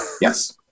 Yes